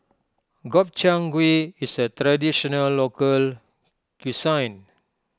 Gobchang Gui is a Traditional Local Cuisine